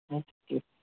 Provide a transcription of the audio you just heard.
हाँ ठीक